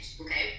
okay